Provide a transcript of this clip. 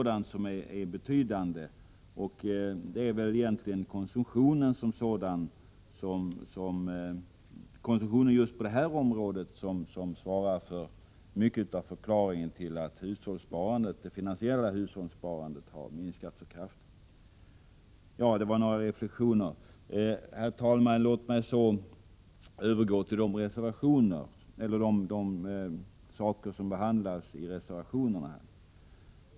Det är egentligen konsumtionen på just detta område som är mycket av förklaringen till att det finansiella hushållssparandet har minskat så kraftigt. Herr talman! Låt mig så övergå till de saker som behandlas i reservationerna.